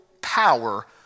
power